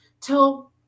till